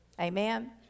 Amen